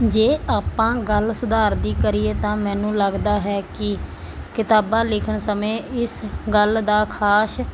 ਜੇ ਆਪਾਂ ਗੱਲ ਸੁਧਾਰ ਦੀ ਕਰੀਏ ਤਾਂ ਮੈਨੂੰ ਲੱਗਦਾ ਹੈ ਕਿ ਕਿਤਾਬਾਂ ਲਿਖਣ ਸਮੇਂ ਇਸ ਗੱਲ ਦਾ ਖਾਸ